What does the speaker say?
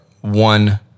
one